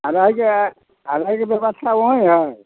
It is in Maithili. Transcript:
आओर रहैके आओर रहैके व्यवस्था ओएहें हैय